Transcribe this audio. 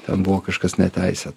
ten buvo kažkas neteisėta